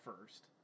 first